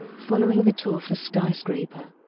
following the tour for skyscraper,